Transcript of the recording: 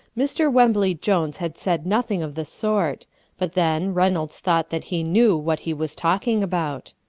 mr. wembly-jones had said nothing of the sort but then, reynolds thought that he knew what he was talking about